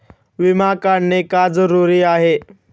विमा काढणे का जरुरी आहे?